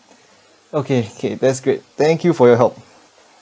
okay K that's great thank you for your help